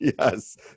Yes